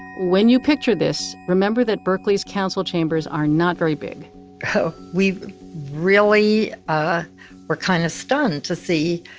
when you picture this, remember that berkeley's council chambers are not very big we really were kind of stunned to see,